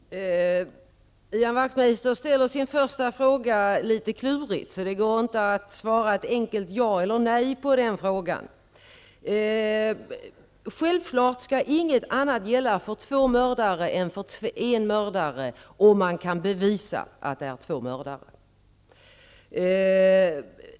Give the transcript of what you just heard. Herr talman! Ian Wachtmeister ställer sin första fråga litet klurigt, så det går inte att svara ett enkelt ja eller nej. Självfallet skall inget annat gälla för två mördare än för en, om man kan bevisa att det är två mördare.